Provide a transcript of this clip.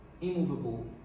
immovable